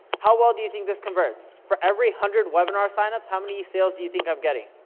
how well do you think this converts? for every hundred webinar signups, how many sales do you think i'm getting?